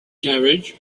carriage